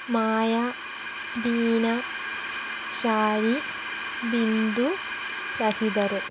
Maya Beena Shari Bindu Sasidharan